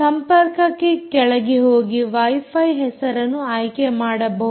ಸಂಪರ್ಕಕ್ಕೆ ಕೆಳಗೆ ಹೋಗಿ ವೈಫೈ ಹೆಸರನ್ನು ಆಯ್ಕೆ ಮಾಡಬಹುದು